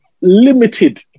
limited